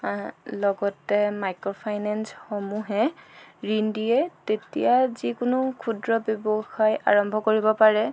লগতে মাইক্ৰ' ফাইনেন্সসমূহে ঋণ দিয়ে তেতিয়া যিকোনো ক্ষুদ্ৰ ব্যৱসায় আৰম্ভ কৰিব পাৰে